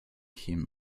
him